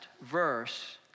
verse